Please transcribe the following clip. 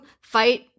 fight